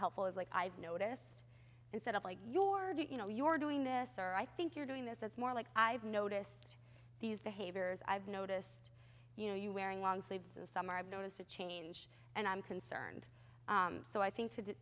helpful is like i've noticed instead of like your you know you're doing this or i think you're doing this it's more like i've noticed these behaviors i've noticed you know you wearing long sleeves and some are i've noticed a change and i'm concerned so i think to